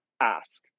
ask